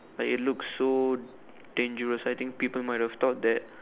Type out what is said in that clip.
like it looks so dangerous I think people might have thought that